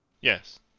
Yes